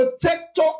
protector